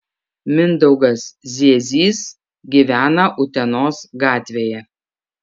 mindaugas ziezys gyvena utenos gatvėje